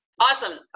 Awesome